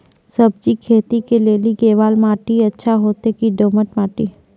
सब्जी खेती के लेली केवाल माटी अच्छा होते की दोमट माटी?